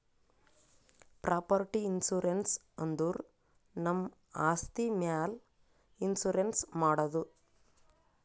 property insurance ಅಂದುರ್ ನಮ್ ಆಸ್ತಿ ಮ್ಯಾಲ್ ಇನ್ಸೂರೆನ್ಸ್ ಮಾಡದು